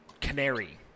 canary